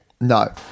No